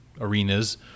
arenas